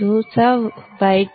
Vc ಎಂದರೇನು